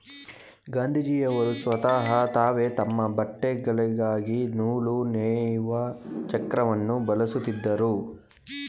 ಗಾಂಧೀಜಿಯವರು ಸ್ವತಹ ತಾವೇ ತಮ್ಮ ಬಟ್ಟೆಗಳಿಗಾಗಿ ನೂಲು ನೇಯುವ ಚಕ್ರವನ್ನು ಬಳಸುತ್ತಿದ್ದರು